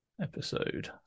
episode